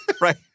right